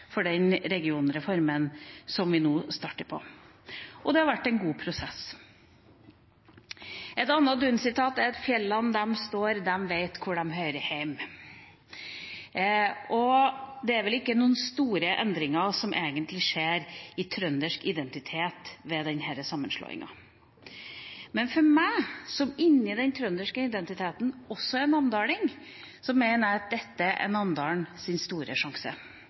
på den regionreformen. Det har vært en god prosess. Et annet Duun-sitat er: «Fjella, dei står der dei står. Dei veit kor dei hører til.» Det er vel ikke noen store endringer som egentlig skjer i trøndersk identitet ved denne sammenslåingen. Men for meg, som inne i den trønderske identiteten også er namdaling, mener jeg at dette er Namdalens store sjanse.